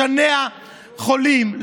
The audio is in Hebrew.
לשנע חולים,